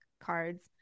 cards